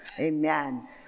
Amen